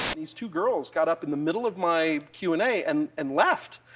these two girls got up in the middle of my q and a and and left.